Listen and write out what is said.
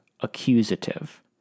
accusative